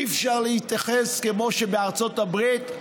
אי-אפשר להתייחס כמו בארצות הברית?